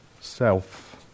self